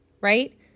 right